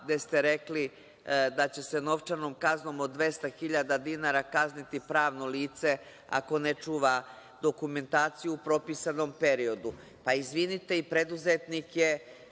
gde ste rekli da će se novčanom kaznom od 200 hiljada dinara kazniti pravno lice ako ne čuva dokumentaciju u propisanom periodu. Izvinite, i preduzetnik je